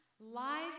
lies